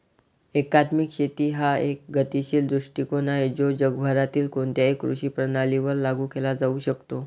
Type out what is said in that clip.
एकात्मिक शेती हा एक गतिशील दृष्टीकोन आहे जो जगभरातील कोणत्याही कृषी प्रणालीवर लागू केला जाऊ शकतो